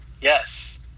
Yes